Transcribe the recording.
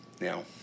Now